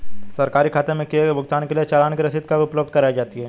सरकारी खाते में किए गए भुगतान के लिए चालान की रसीद कब उपलब्ध कराईं जाती हैं?